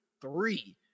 Three